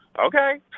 okay